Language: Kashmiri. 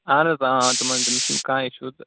اہن حظ آ تِمن تہِ نہٕ چھُنہٕ کانٛہہ اِشوٗ تہٕ